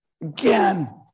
again